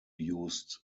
used